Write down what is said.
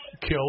kill